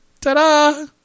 Ta-da